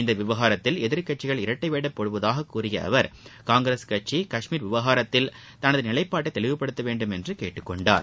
இந்த விவகாரத்தில் எதிர்கட்சிகள் இரட்டைவேடம் போடுவதாகக் கூறிய அவர் காங்கிரஸ் கட்சி கஷ்மீர் விவகாரத்தில் தனது நிவைப்பாடை தெளிவுப்படுத்த வேண்டும் என்று கேட்டுக்கொண்டார்